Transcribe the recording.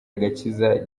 agakiza